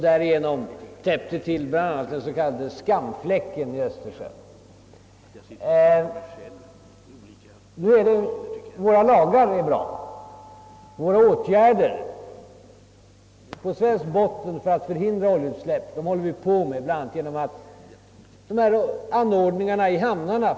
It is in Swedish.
Därigenom fick vi bort den s.k. skamfläcken i Östersjön. Lagen är bra, och vi håller på svensk botten på att vidtaga åtgärder för att förhindra oljeutsläpp, bl.a. genom att förbättra anordningarna i hamnarna.